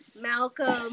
Malcolm